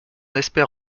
espère